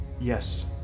Yes